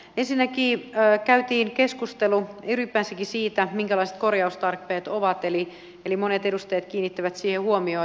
ensinnäkin käytiin keskustelu ylipäänsäkin siitä minkälaiset korjaustarpeet ovat eli monet edustajat kiinnittävät siihen huomiota